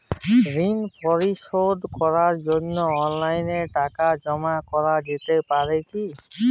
ঋন পরিশোধ করার জন্য অনলাইন টাকা জমা করা যেতে পারে কি?